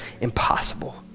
impossible